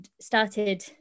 started